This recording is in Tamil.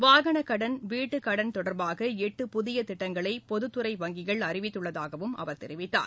வாகனக் கடன் வீட்டுக் கடன் தொடர்பாக எட்டு புதிய திட்டங்களை பொதுத் துறை வங்கிகள் அறிவித்துள்ளதாகவும் அவர் தெரிவித்தார்